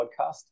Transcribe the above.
podcast